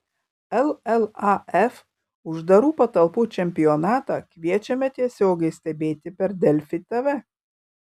llaf uždarų patalpų čempionatą kviečiame tiesiogiai stebėti per delfi tv